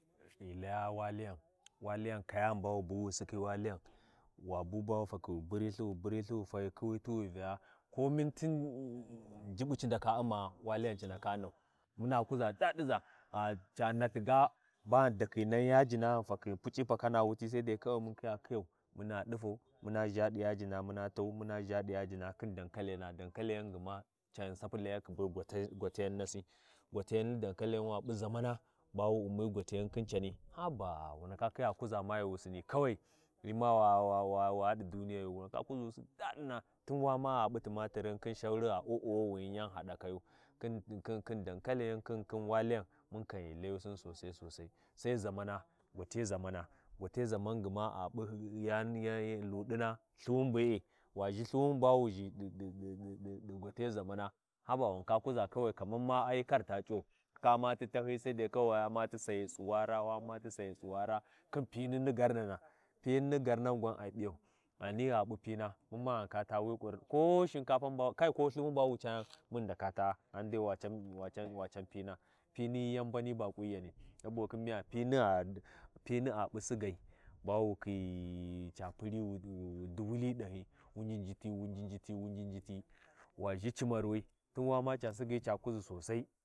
Ma ndakhi ghi kuwakhi kaman kayanaa, ma ndaka ɗa ndaka ghi kuwatai, wuyana kusa shinkafai, wuyana ɓubɓa ɗuuna, wuyana hala ɗuuna, wuyana labuɗa zuna, wauyana labudu waken Soya, wuyana U’mma ɗin yani bu ya ndaka U’mmai, wapi, waɗa bussau, wa busuwi, wu Vara ghi----ɗi Vuna, vina padirna hyina tsagi khin tirhyin, Hyina U’mmati jigai, hyina U’mma ti jiggai, dinan ɓu, halakhi yan tahyiyi wahyin ndaka ba fau, wa Vara dafuwa, naɗa kinna yantahyi yi ɗi kukusai, wa piyau waba cati ami tawi ca duwulau, hyina taa yau tahyiyi khin hyini thin wulthu hyin, hyin C’u tahyin yau tahyiyagi Hyina Vara ɗafuwa, hyina ɗa Jiga khin tirwi khin ɗin ga yani bu wu Sinidai, ya U’mmaɗi tahyin ghi hyina tsigau, hyina Ummati Jigyi wi mbanai, hyina jigya dangha yani bu diya wakununiɗi rayiwi wi ma ɗahana kayana’a, hyin ndaka jiga ɗahyiʒa, hyina Piya, koga wa ndaka ƙiwayo wa ɗa hala ɗuuna ko gahuna, koga waɗa hala ghi-------------- yani buwu ndaka P’a, kurdin bu wu ndaka P’a wa ƙinna wuyano bu ndaka ɗa bayawu daga ɗ wi Injikhin biwiʒhi ghanwi.